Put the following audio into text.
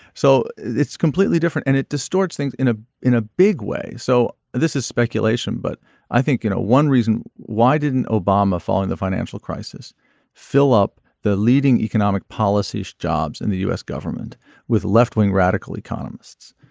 so it's completely different. and it distorts things in a in a big way. so this is speculation but i think you know one reason why didn't obama following the financial crisis fill up the leading economic policy jobs in the u s. government with left wing radical economists.